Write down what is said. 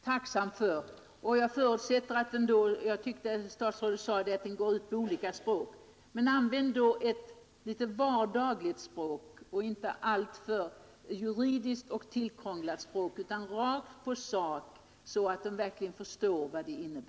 Herr talman! Det sista är jag tacksam för. Statsrådet sade att informationen går ut på olika språk. Använd då ett litet vardagligare språk, inte alltför juridiska och tillkrånglade vändningar utan rakt på sak, så att människorna verkligen förstår informationen.